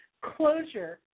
closure